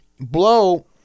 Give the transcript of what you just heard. Blow